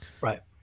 right